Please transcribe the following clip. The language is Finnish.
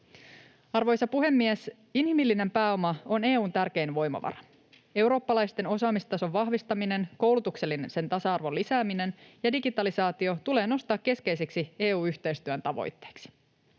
Arvoisa puhemies! Inhimillinen pääoma on EU:n tärkein voimavara. Eurooppalaisten osaamistason vahvistaminen, koulutuksellisen tasa-arvon lisääminen ja digitalisaatio tulee nostaa keskeisiksi EU-yhteistyön tavoitteiksi.